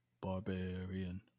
Barbarian